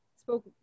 spoke